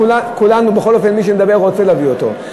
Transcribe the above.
כולנו, בכל אופן מי שמדבר, רוצה להביא אותו.